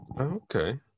Okay